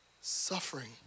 suffering